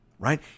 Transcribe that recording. right